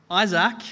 Isaac